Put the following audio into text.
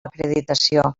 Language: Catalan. acreditació